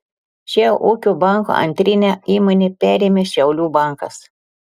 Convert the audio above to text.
šią ūkio banko antrinę įmonę perėmė šiaulių bankas